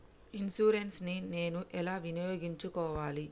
Insurance ని నేను ఎలా వినియోగించుకోవాలి?